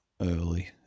early